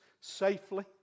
safely